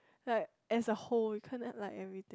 like as a whole you can't have like everything